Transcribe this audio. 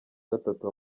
gatatu